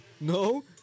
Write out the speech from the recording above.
no